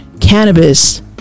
cannabis